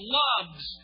loves